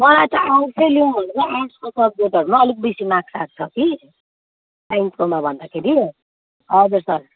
मलाई त आर्टसै लिउँ भनेको आर्टसको सबजेक्टहरूमा अलिक बेसी मार्क्स आको छ कि साइन्सकोमा भन्दाखेरि हजुर सर